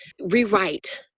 rewrite